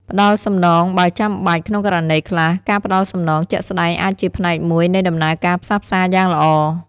ផ្តល់សំណងបើចាំបាច់ ក្នុងករណីខ្លះ ការផ្តល់សំណងជាក់ស្តែងអាចជាផ្នែកមួយនៃដំណើរការផ្សះផ្សាយ៉ាងល្អ។